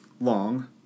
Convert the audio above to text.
long